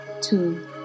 Two